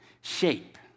shape